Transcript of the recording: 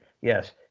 Yes